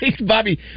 Bobby